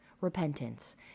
Repentance